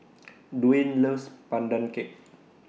Duwayne loves Pandan Cake